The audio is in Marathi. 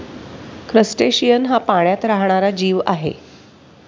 क्रस्टेशियन हा पाण्यात राहणारा जीव आहे